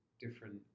different